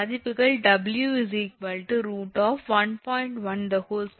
1 2 2